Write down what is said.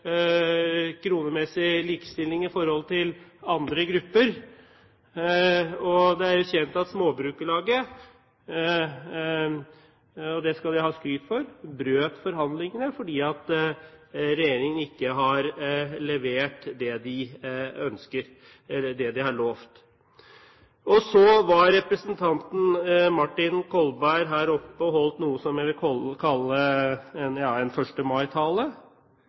kronemessig likestilling i forhold til andre grupper, og det er jo kjent at Småbrukarlaget – og det skal de ha skryt for – brøt forhandlingene fordi regjeringen ikke har levert det de har lovt. Så var representanten Martin Kolberg her oppe og holdt noe som jeg vil kalle en